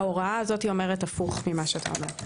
ההוראה הזו אומרת הפוך ממה שאתה אומר.